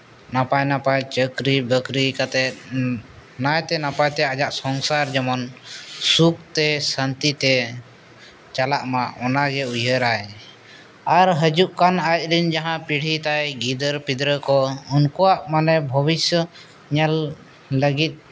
ᱱᱟᱯᱟᱭ ᱱᱟᱯᱟᱭ ᱪᱟᱹᱠᱨᱤ ᱵᱟᱹᱠᱨᱤ ᱠᱟᱛᱮᱫ ᱱᱟᱭᱛᱮ ᱱᱟᱯᱟᱭᱛᱮ ᱟᱭᱟᱜ ᱥᱚᱝᱥᱟᱨ ᱡᱮᱢᱚᱱ ᱥᱩᱠᱛᱮ ᱥᱟᱹᱱᱛᱤᱛᱮ ᱪᱟᱞᱟᱜᱼᱢᱟ ᱚᱱᱟᱜᱮ ᱩᱭᱦᱟᱹᱨᱟᱭ ᱟᱨ ᱦᱤᱡᱩᱜ ᱠᱟᱱ ᱟᱡᱨᱮᱱ ᱡᱟᱦᱟᱸ ᱯᱤᱲᱦᱤ ᱛᱟᱭ ᱜᱤᱫᱽᱨᱟᱹᱼᱯᱤᱫᱽᱨᱟᱹ ᱠᱚ ᱩᱱᱠᱩᱣᱟᱜ ᱢᱟᱱᱮ ᱵᱷᱚᱵᱤᱥᱥᱚᱛ ᱧᱮᱞ ᱞᱟᱹᱜᱤᱫ